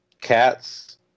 cats